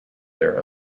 their